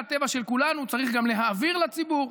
הטבע של כולנו צריך גם להעביר לציבור,